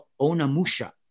Onamusha